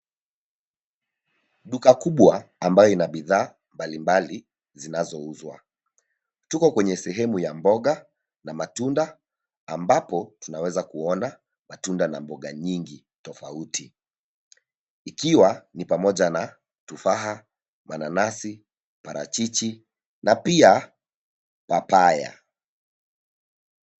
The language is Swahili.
Duka kubwa ambayo ina bidhaa mbalimbali zinazouzwa. Tuko kwenye sehemu ya mboga na matunda ambapo tunaweza kuona matunda na mboga nyingi tofauti ikiwa ni pamoja na tufaha, mananazi, parachichi na pia papaya.